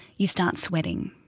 you start sweating,